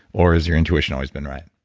or has your intuition always been right?